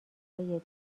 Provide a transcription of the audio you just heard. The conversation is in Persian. های